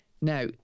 Now